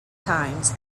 times